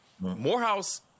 Morehouse